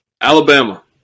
Alabama